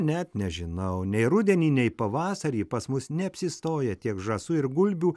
net nežinau nei rudenį nei pavasarį pas mus neapsistoja tiek žąsų ir gulbių